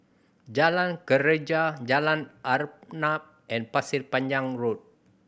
Jalan Greja Jalan Arnap and Pasir Panjang Road